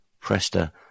Prester